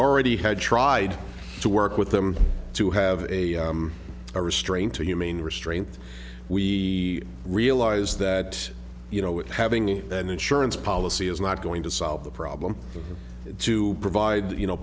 already had tried to work with them to have a a restraint a humane restraint we realize that you know having an insurance policy is not going to solve the problem to provide you know